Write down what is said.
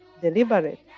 deliberate